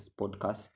podcast